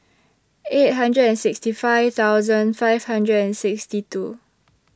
eight hundred and sixty five thousand five hundred and sixty two